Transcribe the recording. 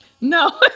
No